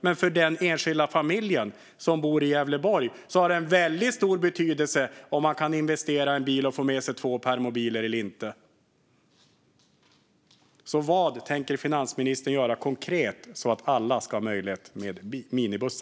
Men för den enskilda familjen som bor i Gävleborg har det väldigt stor betydelse om man kan investera i en bil och få med sig två permobiler eller inte. Vad tänker finansministern göra konkret för att alla ska ha möjlighet att ha minibuss?